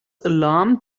alarmed